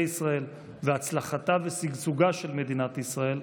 ישראל והצלחתה ושגשוגה של מדינת ישראל,